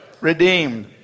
redeemed